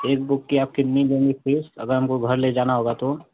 एक बुक की आप कितनी लेंगी फीस अगर हमको घर ले जाना होगा तो